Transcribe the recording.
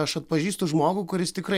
aš atpažįstu žmogų kuris tikrai